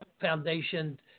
Foundation